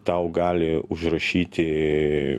tau gali užrašyti